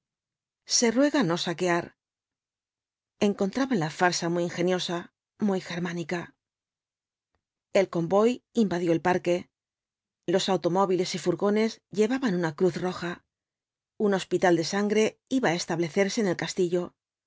se ruega no v blasoo ibáftbs saquear encontraban la farsa muy ingeniosa muy germánica el convoy invadió el parque los automóviles y furgones llevaban una cruz roja un hospital de sangre iba á establecerse en el castillo